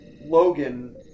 Logan